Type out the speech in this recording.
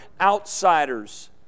outsiders